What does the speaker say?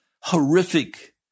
horrific